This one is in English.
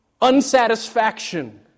unsatisfaction